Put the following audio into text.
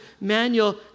manual